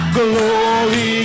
glory